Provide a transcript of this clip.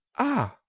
ah!